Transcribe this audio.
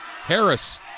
Harris